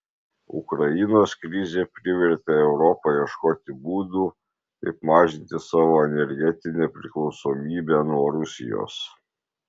ukrainos krizė privertė europą ieškoti būdų kaip mažinti savo energetinę priklausomybę nuo rusijos